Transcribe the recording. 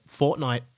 Fortnite